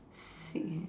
sick eh